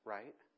right